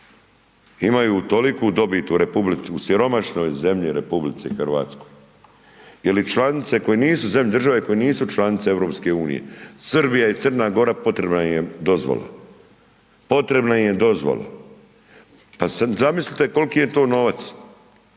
imaju toliku dobit u RH, siromašnoj zemlji RH jel i članice koje nisu, države koje nisu članice EU, Srbija i Crna Gora, potrebna im je dozvola, potrebna im je dozvola, pa zamislite kolki je to novac,